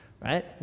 Right